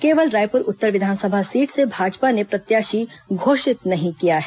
केवल रायपुर उत्तर विधानसभा सीट से भाजपा नें प्रत्याशी घोषित नहीं किया है